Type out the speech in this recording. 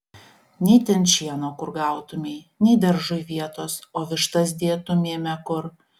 nei ten šieno kur gautumei nei daržui vietos o vištas dėtumėme kur